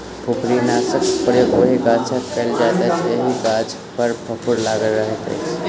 फुफरीनाशकक प्रयोग ओहि गाछपर कयल जाइत अछि जाहि गाछ पर फुफरी लागल रहैत अछि